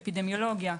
אפידמיולוגיה,